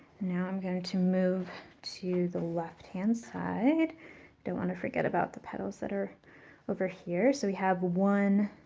now i'm going to move to the left-hand side. you don't want to forget about the petals that are over here. so we have one,